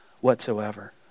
whatsoever